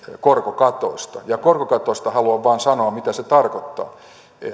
korkokatosta korkokatosta haluan vain sanoa mitä se tarkoittaa